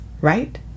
right